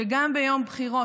שגם ביום בחירות,